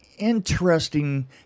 interesting